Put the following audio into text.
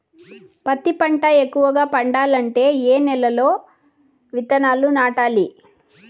పత్తి పంట ఎక్కువగా పండాలంటే ఏ నెల లో విత్తనాలు నాటాలి?